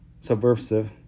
subversive